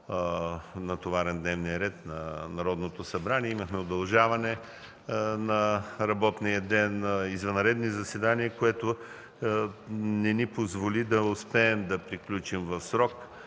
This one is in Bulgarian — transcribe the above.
натоварен дневният ред на Народното събрание – имахме удължаване на работния ден, извънредни заседания, което не ни позволи да успеем да приключим в срок,